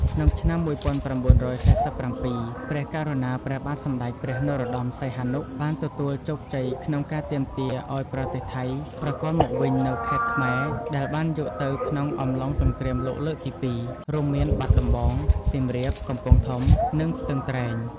ក្នុងឆ្នាំ១៩៤៧ ព្រះករុណា ព្រះបាទសម្ដេចព្រះនរោត្តម សីហនុ បានទទួលជោគជ័យក្នុងការទាមទារឱ្យប្រទេសថៃប្រគល់មកវិញនូវខេត្តខ្មែរដែលបានយកទៅក្នុងអំឡុងសង្គ្រាមលោកលើកទី២ រួមមានបាត់ដំបង សៀមរាប កំពង់ធំ និងស្ទឹងត្រែង។